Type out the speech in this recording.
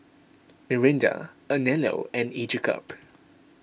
Mirinda Anello and Each a cup